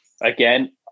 Again